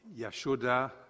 Yashoda